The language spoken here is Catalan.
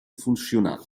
funcional